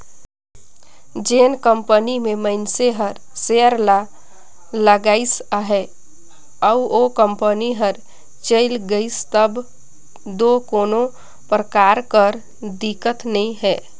जेन कंपनी में मइनसे हर सेयर ल लगाइस अहे अउ ओ कंपनी हर चइल गइस तब दो कोनो परकार कर दिक्कत नी हे